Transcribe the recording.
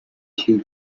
two